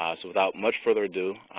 ah so without much further ado,